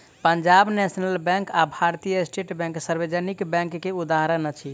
Punjab national bank आ भारतीय state bank सार्वजनिक बैंक के उदाहरण अछि